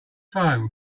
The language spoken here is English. foam